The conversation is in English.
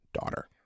daughter